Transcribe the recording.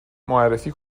معرفی